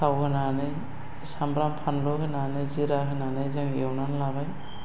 थाव होनानै साम्ब्राम फानलु होनानै जिरा होनानै जों एवनानै लाबाय